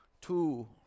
two